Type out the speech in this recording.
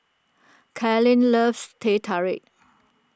Kalen loves Teh Tarik